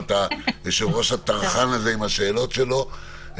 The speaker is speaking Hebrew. את היושב-ראש הטרחן הזה עם השאלות שלו,